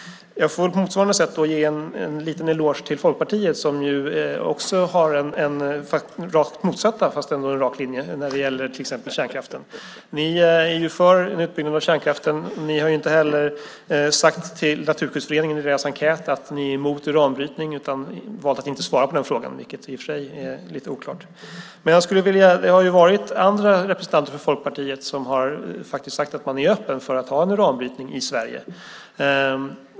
Jag får på motsvarande sätt ge en liten eloge till Folkpartiet som också har en rak linje, en rakt motsatt linje, i till exempel kärnkraften. Ni är för en utbyggnad av kärnkraften. Ni har inte heller sagt till Naturskyddsföreningen i deras enkät att ni är mot utanbrytning utan valt att inte svara på frågan, vilket i och för sig är lite oklart. Andra representanter för Folkpartiet har sagt att man är öppen för uranbrytning i Sverige.